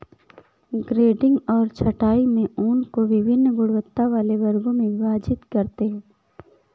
grading और छँटाई में ऊन को वभिन्न गुणवत्ता वाले वर्गों में विभाजित करते हैं